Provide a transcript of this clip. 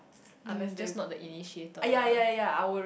um just not the initiator lah